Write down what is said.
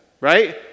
right